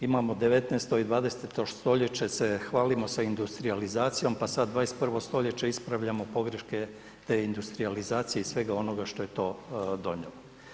Imamo 19. i 20. stoljeće se hvalimo sa industrijalizacijom pa sada 21. ispravljamo pogreške te industrijalizacije i svega onoga što je to donijelo.